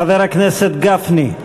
חבר הכנסת גפני.